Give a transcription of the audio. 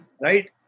Right